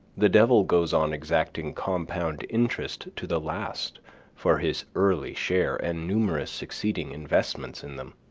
the devil goes on exacting compound interest to the last for his early share and numerous succeeding investments in them.